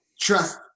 trust